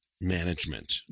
management